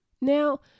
Now